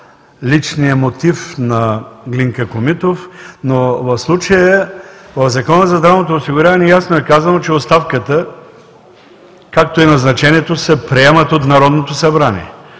личния мотив на Глинка Комитов, но в случая в Закона за здравното осигуряване ясно е казано, че оставката, както и назначението се приемат от Народното събрание.